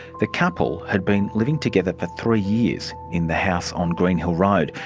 the couple had been living together for three years in the house on greenhill road,